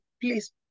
please